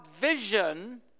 vision